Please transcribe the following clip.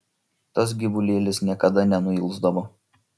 tas gyvulėlis niekada nenuilsdavo